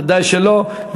ודאי שלא.